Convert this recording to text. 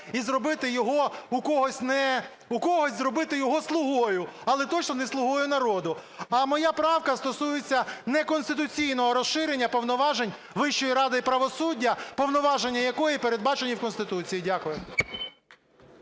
зробити його слугою, але точно, не слугою народу. А моя правка стосується неконституційного розширення повноважень Вищої ради правосуддя, повноваження якої передбачені в Конституції. Дякую.